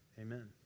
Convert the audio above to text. Amen